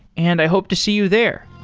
and i hope to see you there.